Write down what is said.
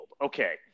Okay